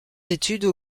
études